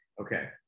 Okay